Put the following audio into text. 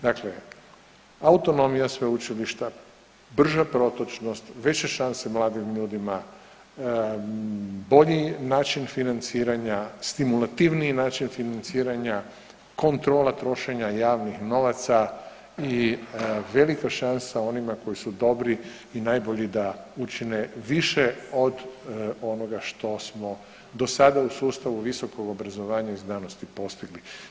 Dakle, autonomija sveučilišta, brža protočnost, više šanse mladim ljudima, bolji način financiranja, stimulativniji način financiranja, kontrola trošenja javnih novaca i velika šansa onima koji su dobri i najbolji da učine više od onoga što smo do sada u sustavu visokog obrazovanja i znanosti postigli.